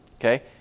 okay